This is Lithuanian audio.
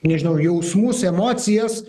nežinau jausmus emocijas